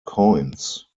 coins